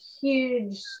huge